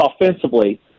offensively